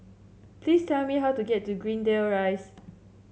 please tell me how to get to Greendale Rise